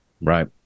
Right